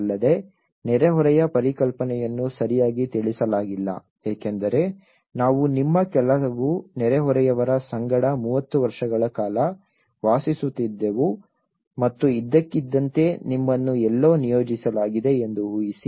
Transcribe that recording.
ಅಲ್ಲದೆ ನೆರೆಹೊರೆಯ ಪರಿಕಲ್ಪನೆಯನ್ನು ಸರಿಯಾಗಿ ತಿಳಿಸಲಾಗಿಲ್ಲ ಏಕೆಂದರೆ ನಾವು ನಿಮ್ಮ ಕೆಲವು ನೆರೆಹೊರೆಯವರ ಸಂಗಡ 30 ವರ್ಷಗಳ ಕಾಲ ವಾಸಿಸುತ್ತಿದ್ದೆವು ಮತ್ತು ಇದ್ದಕ್ಕಿದ್ದಂತೆ ನಿಮ್ಮನ್ನು ಎಲ್ಲೋ ನಿಯೋಜಿಸಲಾಗಿದೆ ಎಂದು ಊಹಿಸಿ